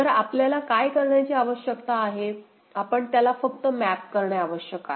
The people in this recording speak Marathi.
तर आपल्याला काय करण्याची आवश्यकता आहे आपण त्याला फक्त मॅप करणे आवश्यक आहे